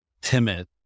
timid